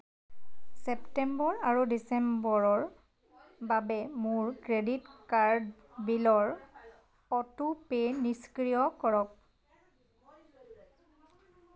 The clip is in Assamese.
ছেপ্টেম্বৰ আৰু ডিচেম্বৰৰ বাবে মোৰ ক্ৰেডিট কাৰ্ড বিলৰ অটোপে' নিষ্ক্ৰিয় কৰক